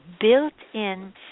built-in